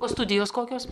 o studijos kokios